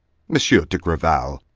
monsieur de grival!